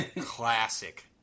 Classic